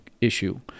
issue